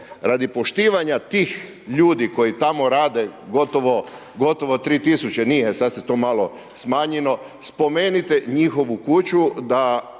radi poštivanja tih ljudi koji tamo rade gotovo 3000, nije, sad se to malo smanjilo, spomenite njihovu kuću da